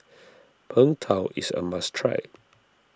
Png Tao is a must try